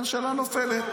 -- הממשלה נופלת.